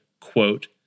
quote